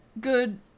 good-